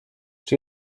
czy